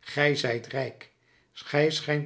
gij zijt rijk gij schijnt